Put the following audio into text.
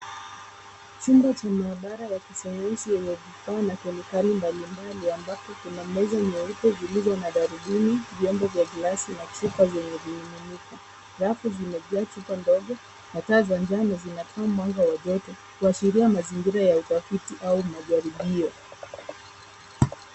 Chumba cha maabara ya kisayansi yenye vifaa na kemikali mbalimbali ambapo kuna meza nyeupe zilizo na darubini, vyombo vya gilasi na chupa vyenye vimiminika. Rafu zimejaa chupa ndogo na taa za njano zinatoa mwanga wa joto kuashiria mazingira ya utafiti au majaribio.